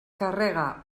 carrega